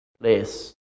place